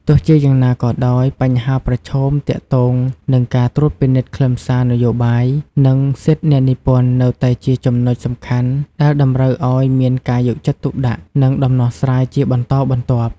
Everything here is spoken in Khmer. ទោះជាយ៉ាងណាក៏ដោយ បញ្ហាប្រឈមទាក់ទងនឹងការត្រួតពិនិត្យខ្លឹមសារនយោបាយ និងសិទ្ធិអ្នកនិពន្ធនៅតែជាចំណុចសំខាន់ដែលតម្រូវឱ្យមានការយកចិត្តទុកដាក់ និងដំណោះស្រាយជាបន្តបន្ទាប់។